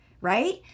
right